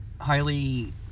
highly